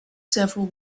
several